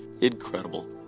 incredible